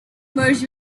merged